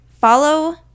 follow